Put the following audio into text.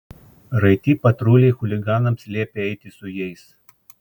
raiti patruliai chuliganams liepė eiti su jais